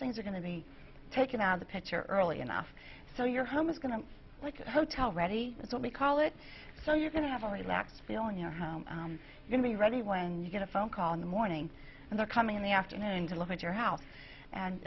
things are going to be taken out of the picture early enough so your home is going to like a hotel ready that's what we call it so you can have a relaxed feeling your home going to be ready when you get a phone call in the morning and they're coming in the afternoon to look at your house and